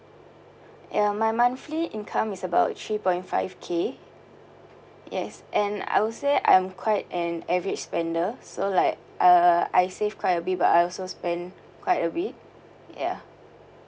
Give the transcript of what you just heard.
ya my monthly income is about three point five K yes and I will say I'm quite an average spender so like uh I save quite a bit but I also spend quite a bit ya